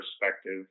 perspective